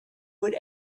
would